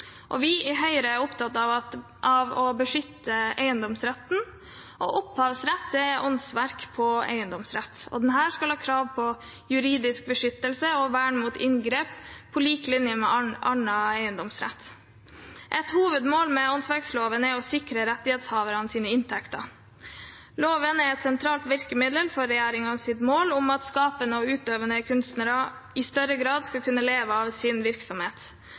vederlag. Vi i Høyre er opptatt av å beskytte eiendomsretten, og opphavsrett er eiendomsrett for åndsverk, og den skal ha krav på juridisk beskyttelse og vern mot inngrep på lik linje med all annen eiendomsrett. Et hovedmål med åndsverkloven er å sikre rettighetshavernes inntekter. Loven er et sentralt virkemiddel for regjeringens mål om at skapende og utøvende kunstnere i større grad skal kunne leve av sin virksomhet,